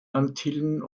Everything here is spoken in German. antillen